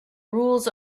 rules